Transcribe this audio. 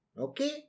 Okay